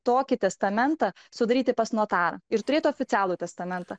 tokį testamentą sudaryti pas notarą ir turėti oficialų testamentą